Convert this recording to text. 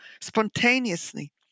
spontaneously